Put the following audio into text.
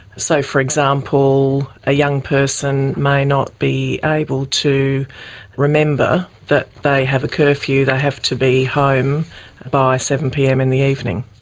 so, for example, a young person may not be able to remember that they have a curfew, they have to be home by seven pm in the evening.